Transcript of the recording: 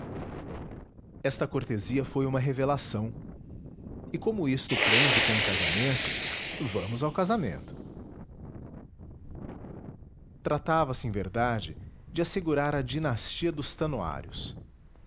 esta cortesia foi uma revelação e como isto prende com o casamento vamos ao casamento tratava-se em verdade de assegurar a dinastia dos